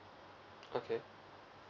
okay